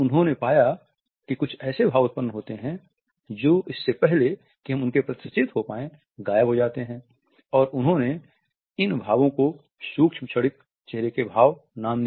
उन्होंने पाया कि कुछ ऐसे भाव उत्पन्न होते हैं जो इससे पहले कि हम उनके प्रति सचेत हो जाएं गायब हो जाते है और उन्होंने इन भावो को सूक्ष्म क्षणिक चेहरे के भाव नाम दिया